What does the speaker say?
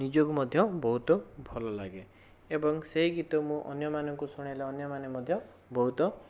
ନିଜକୁ ମଧ୍ୟ ବହୁତ ଭଲଲାଗେ ଏବଂ ସେହି ଗୀତ ମୁଁ ଅନ୍ୟମାନଙ୍କୁ ଶୁଣେଇଲେ ଅନ୍ୟମାନେ ମଧ୍ୟ ବହୁତ